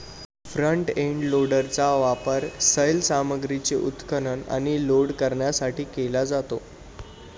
front end लोडरचा वापर सैल सामग्रीचे उत्खनन आणि लोड करण्यासाठी केला जातो